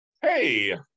hey